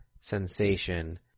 sensation